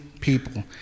people